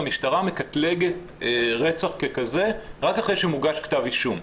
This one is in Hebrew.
המשפחה מקטלגת רצח ככזה רק אחרי שמוגש כתב אישום,